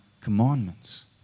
commandments